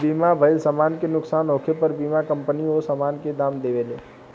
बीमा भइल समान के नुकसान होखे पर बीमा कंपनी ओ सामान के दाम देवेले